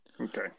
Okay